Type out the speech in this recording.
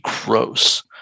gross